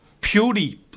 purely